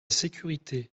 sécurité